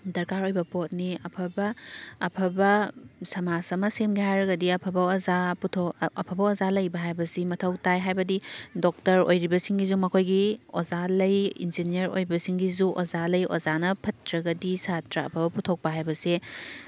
ꯗꯔꯀꯥꯔ ꯑꯣꯏꯕ ꯄꯣꯠꯅꯦ ꯑꯐꯕ ꯑꯐꯕ ꯁꯃꯥꯖ ꯑꯃ ꯁꯦꯝꯒꯦ ꯍꯥꯏꯔꯒꯗꯤ ꯑꯐꯕ ꯑꯣꯖꯥ ꯑꯐꯕ ꯑꯣꯖꯥ ꯂꯩꯕ ꯍꯥꯏꯕꯁꯤ ꯃꯊꯧ ꯇꯥꯏ ꯍꯥꯏꯕꯗꯤ ꯗꯣꯛꯇꯔ ꯑꯣꯏꯔꯤꯕꯁꯤꯡꯁꯤꯁꯨ ꯃꯈꯣꯏꯒꯤ ꯑꯣꯖꯥ ꯂꯩ ꯏꯟꯖꯤꯅꯤꯌꯥꯔ ꯑꯣꯏꯕꯁꯤꯡꯒꯤꯁꯨ ꯑꯣꯖꯥ ꯂꯩ ꯑꯣꯖꯥꯅ ꯐꯠꯇ꯭ꯔꯒꯗꯤ ꯁꯥꯇ꯭ꯔ ꯑꯐꯕ ꯄꯨꯊꯣꯛꯄ ꯍꯥꯏꯕꯁꯦ